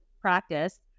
practice